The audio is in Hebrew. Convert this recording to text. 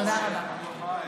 תודה רבה.